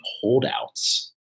holdouts